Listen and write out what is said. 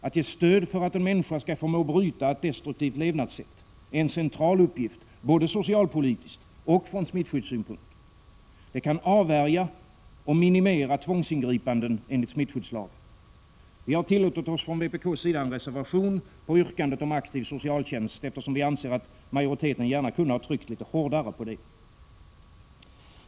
Att ge stöd för att en människa skall förmå bryta ett destruktivt levnadssätt är en central uppgift både socialpolitiskt och från smittskyddssynpunkt. Det kan avvärja och minimera tvångsingripanden enligt smittskyddslagen. Vi från vpk har tillåtit oss en reservation på yrkandet om aktiv socialtjänst, eftersom vi anser att majoriteten gärna kunde ha tryckt hårdare härpå.